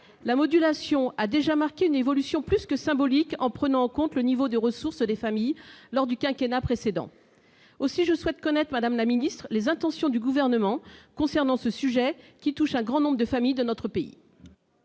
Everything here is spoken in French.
La modulation a déjà marqué une évolution plus que symbolique en prenant en compte le niveau de ressources des familles, lors du quinquennat précédent. Je souhaite donc connaître, madame la ministre, les intentions du Gouvernement concernant ce sujet, qui touche un grand nombre de familles de notre pays.